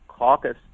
caucus